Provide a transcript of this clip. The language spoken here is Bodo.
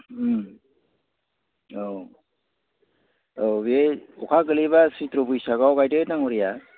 औ औ बे अखा गोग्लैब्ला सैत्र' बैसागआव गायदो दाङ'रिया